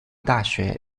大学